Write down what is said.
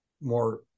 more